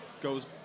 goes